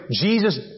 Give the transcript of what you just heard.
Jesus